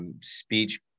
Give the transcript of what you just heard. speech